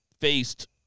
faced